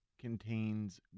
contains